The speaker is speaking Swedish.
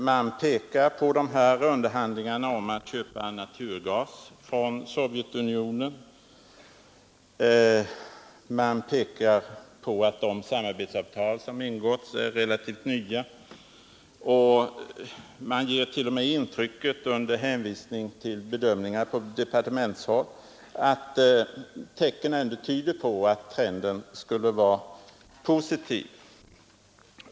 Man pekar på underhandlingarna om att köpa naturgas från Sovjetunionen, man pekar på att de samarbetsavtal som ingåtts är relativt nya, och man säger t.o.m. under hänvisning till bedömningar på departementshåll att tecken ändå tyder på att trenden skulle vara positiv.